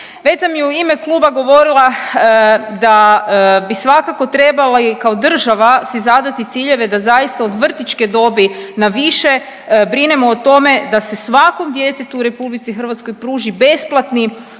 Već sam i u ime kluba govorila da bi svakako trebali kao država si zadati ciljeve da zaista od vrtićke dobi naviše brinemo o tome da se svakom djetetu u RH pruži besplatni